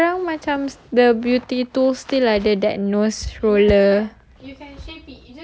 no wonder sekarang macam the beauty tool still like that nose roller